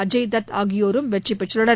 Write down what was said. அஜய்தத் ஆகியோரும் வெற்றி பெற்றுள்ளனர்